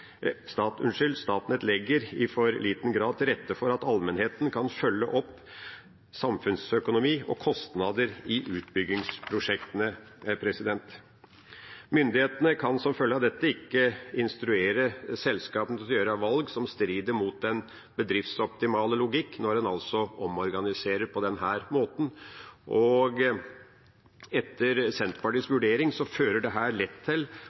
legger i for liten grad til rette for at allmennheten kan følge opp samfunnsøkonomi og kostnader i utbyggingsprosjektene.» Myndighetene kan som følge av dette ikke instruere selskapene til å gjøre valg som strider mot den bedriftsoptimale logikk, når en altså omorganiserer på denne måten. Etter Senterpartiets vurdering fører dette lett til